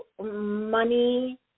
money